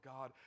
God